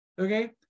okay